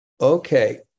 Okay